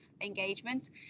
engagement